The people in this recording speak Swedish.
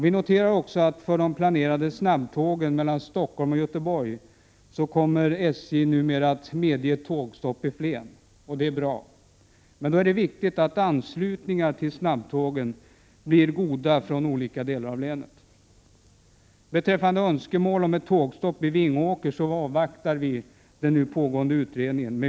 Vi noterar att SJ nu kommer att medge tågstopp vid Flen för de planerade snabbtågen mellan Stockholm och Göteborg. Det är bra. Det är då viktigt att anslutningarna till snabbtågen från olika delar av länet blir goda. När det gäller önskemålet om ett tågstopp i Vingåker avvaktar vi den nu pågående utredningen.